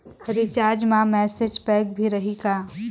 Recharge मा message pack भी रही का?